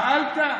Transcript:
שאלת,